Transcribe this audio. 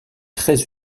très